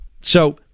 So-